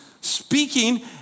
speaking